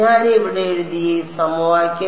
ഞാൻ ഇവിടെ എഴുതിയ ഈ സമവാക്യം